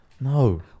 No